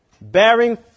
bearing